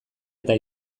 eta